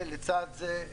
לצד זה,